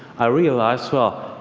i realized, well,